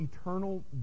eternal